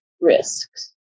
risks